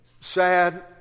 sad